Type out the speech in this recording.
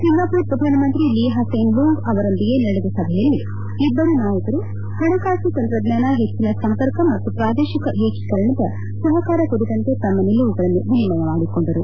Singapore ಪ್ರಧಾನಮಂತ್ರಿ Lee Hsien Loong ಅವರೊಂದಿಗೆ ನಡೆದ ಸಭೆಯಲ್ಲಿ ಇಬ್ಲರೂ ನಾಯಕರು ಹಣಕಾಸು ತಂತ್ರಜ್ವಾನ ಹೆಚ್ಚನ ಸಂಪರ್ಕ ಮತ್ತು ಪ್ರಾದೇಶಿಕ ಏಕೀಕರಣದ ಸಹಕಾರ ಕುರಿತಂತೆ ತಮ್ಮ ನಿಲುವುಗಳನ್ನು ಎನಿಮಯ ಮಾಡಿಕೊಂಡರು